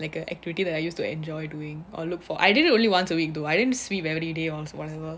like a activity that I used to enjoy doing or look for I did it once a week though I didn't sweep everyday or whatever